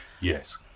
Yes